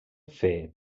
fer